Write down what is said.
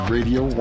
Radio